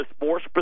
more